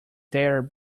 their